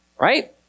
right